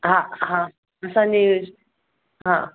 हा हा असांजी हा